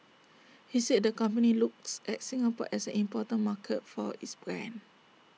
he said the company looks at Singapore as an important market for its brand